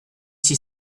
six